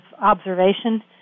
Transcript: observation